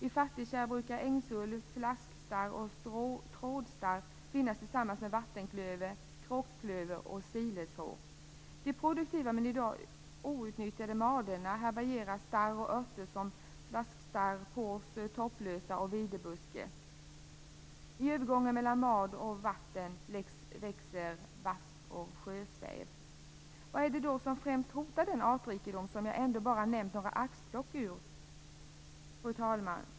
I fattigkärr brukar ängsull, flaskstarr och trådstarr finnas tillsammans med vattenklöver, kråkklöver och sileshår. De produktiva men i dag outnyttjade maderna härbärgerar sådana starr och örter som flaskstarr, pors, topplösa och videbuske. I övergången mellan mad och vatten växer vass och sjösäv. Vad är det då som främst hotar den artrikedom som jag ändå bara har nämnt några axplock ur?